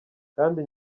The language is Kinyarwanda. kandi